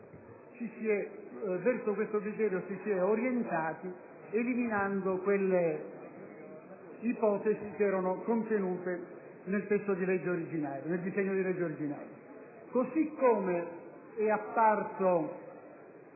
verso questo criterio ci si è orientati eliminando quelle ipotesi che erano contenute nel disegno di legge ordinario. Analogamente è apparsa